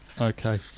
Okay